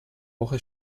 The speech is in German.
woche